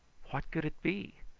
what could it be?